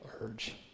urge